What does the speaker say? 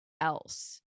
else